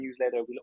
newsletter